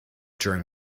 during